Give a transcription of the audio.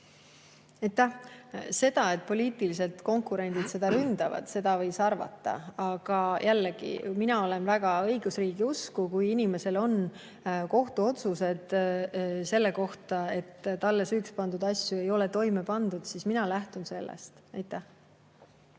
Seda, et poliitilised konkurendid ründavad, võis arvata. Aga jällegi, mina olen väga õigusriigi usku. Kui inimesel on kohtuotsus selle kohta, et talle süüks pandud asju ei ole ta toime pannud, siis mina lähtun sellest. Aitäh!